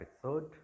episode